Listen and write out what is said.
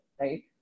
right